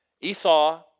Esau